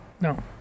No